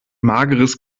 mageres